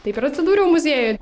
taip ir atsidūriau muziejuj